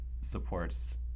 supports